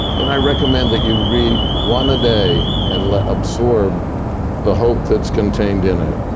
and i recommend that you read one a day and like absorb the hope that's contained in it.